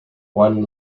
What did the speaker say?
one